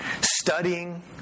studying